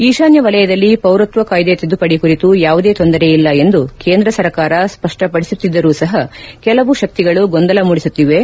ಈಶಾನ್ಯ ವಲಯದಲ್ಲಿ ಪೌರತ್ವ ಕಾಯ್ದೆ ತಿದ್ದುಪಡಿ ಕುರಿತು ಯಾವುದೇ ತೊಂದರೆಯಿಲ್ಲ ಎಂದು ಕೇಂದ್ರ ಸರ್ಕಾರ ಸ್ಪಪ್ಪಪಡಿಸುತ್ತಿದ್ದರು ಸಹ ಕೆಲವು ಶಕ್ತಿಗಳು ಗೊಂದಲ ಮೂಡಿಸುತ್ತಿವೆ